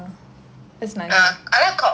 mm I like pop films lah